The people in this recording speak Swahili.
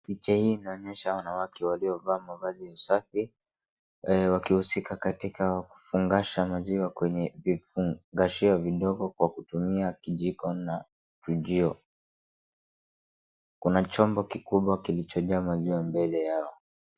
Picha hii inaonyesha wanawake waliovaa mavazi safi wakihusika katika kufungasha maziwa kwenye vifungashio viidogo kwa kutumia kijiko na kichungio. Kuna chombo kikubwa kilichojaa maziwa mbele yao.